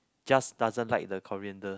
just doesn't like the coriander